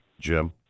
jim